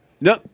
No